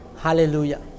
Hallelujah